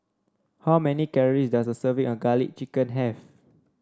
how many calories does a serving of garlic chicken have